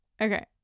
Okay